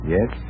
Yes